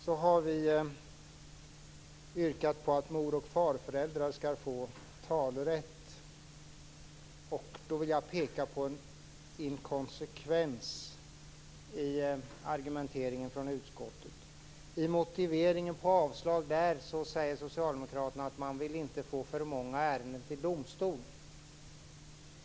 Vi har yrkat på att mor och farföräldrar skall få talerätt. Då vill jag peka på en inkonsekvens i argumenteringen från utskottet. I motiveringen på avslag säger socialdemokraterna att man inte vill få för många ärenden till domstol.